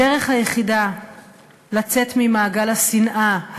הדרך היחידה לצאת ממעגל השנאה,